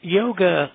yoga